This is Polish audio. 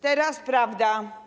Teraz prawda.